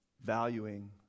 valuing